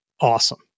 awesome